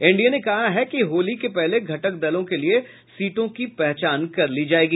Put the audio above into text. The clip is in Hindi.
एनडीए ने कहा है कि होली के पहले घटक दलों के लिए सीटों की पहचान कर ली जायेगी